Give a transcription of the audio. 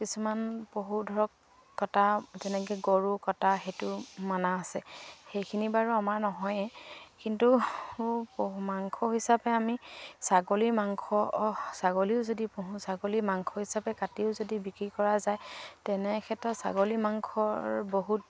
কিছুমান পশু ধৰক কটা যেনেকৈ গৰু কটা সেইটো মানা আছে সেইখিনি বাৰু আমাৰ নহয়েই কিন্তু পশু মাংস হিচাপে আমি ছাগলীৰ মাংস ছাগলীও যদি পোহো ছাগলী মাংস হিচাপে কাটিও যদি বিক্ৰী কৰা যায় তেনে ক্ষেত্ৰত ছাগলী মাংসৰ বহুত